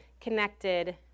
connected